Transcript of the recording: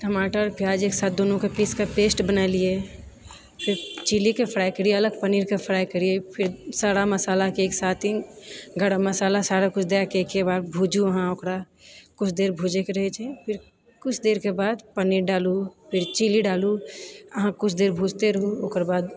टमाटर प्याज एकसाथ दुनूके पीस कऽ पेस्ट बनेलियै फेर चिलीके फ्राइ करियै अलग पनीर के फ्राइ करियै फिर सारा मसालाके एकसाथ ही गरम मसाला सारा किछु दए कऽ एकेबार भुजु अहाँ ओकरा किछु देर भुजैके रहै छै फिर किछु देरके बाद पनीर डालू फिर चिली डालू अहाँ किछु देर भुजते रहु ओकरबाद